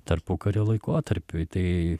tarpukario laikotarpiui tai